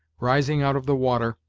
rising out of the water,